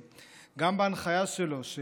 גם בהנחיה שלו שעילי חיות,